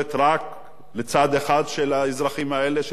לצד אחד של האזרחים האלה שנמצאים במדינת ישראל,